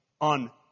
on